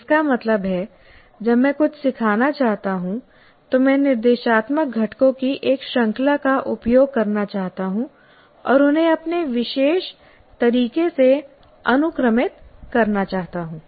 इसका मतलब है जब मैं कुछ सिखाना चाहता हूं तो मैं निर्देशात्मक घटकों की एक श्रृंखला का उपयोग करना चाहता हूं और उन्हें अपने विशेष तरीके से अनुक्रमित करना चाहता हूं